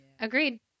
Agreed